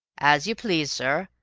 as you please, sir.